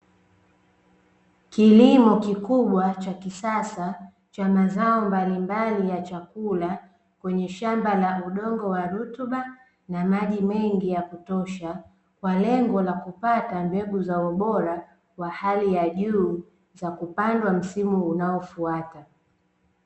Kilimo kikubwa cha kisasa cha mazao mbalimbali ya chakula, kwenye shamba la udongo wa rutuba na maji mengi ya kutosha, kwa lengo la kupata mbegu za ubora wa hali ya juu, za kupandwa msimu unaofuata.